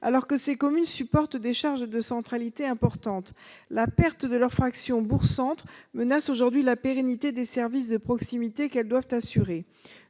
alors que ces communes supportent des charges de centralité importantes. La perte de la fraction bourg-centre de la DSR menace aujourd'hui la pérennité des services de proximité qu'elles doivent assumer.